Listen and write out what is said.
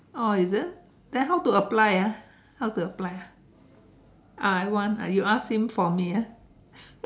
oh is it then how to apply ah how to apply ah I want you ask him for me ah